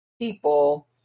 people